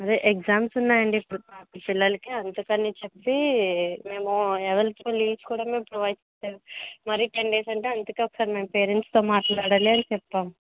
అదే ఎగ్జామ్స్ ఉన్నాయండి ఇప్పుడు పిల్లలకి అందుకని చెప్పి మేము ఎవరికీ లీవ్స్ కూడా మేము ప్రొవైడ్ చెయ్యట్లేదు మరీ టెన్ డేస్ అంటే అందుకే ఒకసారి మేము పేరెంట్స్తో మాట్లాడాలి అని చెప్తాము